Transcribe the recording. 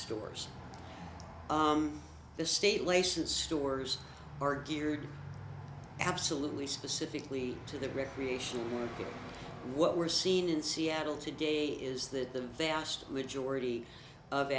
stores the state laces stores are geared absolutely specifically to the recreational what we're seeing in seattle today is that the vast majority of